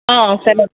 సరే